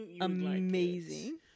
amazing